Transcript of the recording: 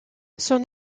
son